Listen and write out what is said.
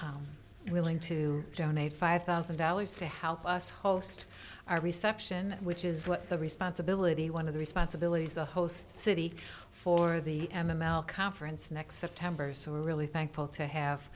willing to donate five thousand dollars to help us host our reception which is what the responsibility one of the responsibilities the host city for the m l conference next september so we're really thankful to have